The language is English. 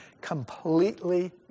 completely